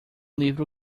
livro